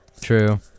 true